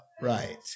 right